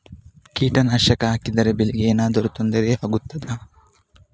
ಕೀಟನಾಶಕ ಹಾಕಿದರೆ ಬೆಳೆಗೆ ಏನಾದರೂ ತೊಂದರೆ ಆಗುತ್ತದಾ?